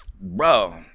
Bro